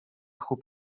tchu